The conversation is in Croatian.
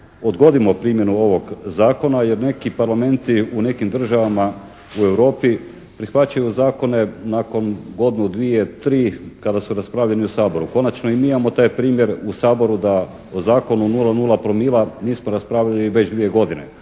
odgodimo primjenu ovog zakona, jer neki parlamenti u nekim državama u Europi prihvaćaju zakone nakon godinu, dvije, tri kada su raspravljeni u Saboru. Konačno i mi imamo taj primjer u Saboru da o zakonu o nula/nula promila nismo raspravili već dvije godine,